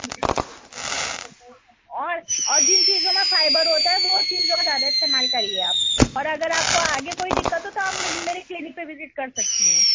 اور اور جن چیزوں میں فائبر ہوتا ہے وہ چیزوں کا زیادہ استعمال کریے آپ اور اگر آپ کو آگے کوئی دقت ہو تو آپ مجھ میری کلینک پر وزٹ کر سکتی ہیں